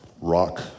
rock